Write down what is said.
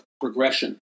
progression